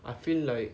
I feel like